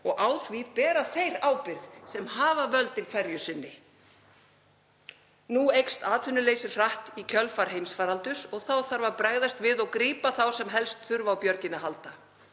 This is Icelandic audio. og á því bera þeir ábyrgð sem hafa völdin hverju sinni. Nú eykst atvinnuleysi hratt í kjölfar heimsfaraldurs og þá þarf að bregðast við og grípa þá sem helst þurfa á björginni að halda.